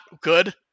good